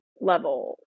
level